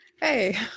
Hey